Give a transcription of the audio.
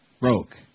Broke